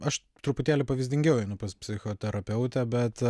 aš truputėlį pavyzdingiau einu pas psichoterapeutę bet